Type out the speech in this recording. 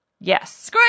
Yes